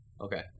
okay